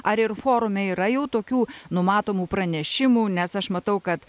ar ir forume yra jau tokių numatomų pranešimų nes aš matau kad